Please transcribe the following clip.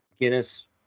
Guinness